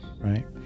Right